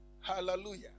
Hallelujah